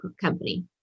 company